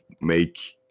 make